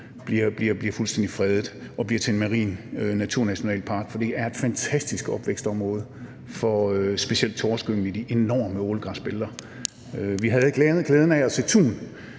bliver fuldstændig fredet og bliver til en marin naturnationalpark, for det er et fantastisk opvækstområde for specielt torskeyngel i de enorme ålegræsbælter. Vi havde glæden af at se en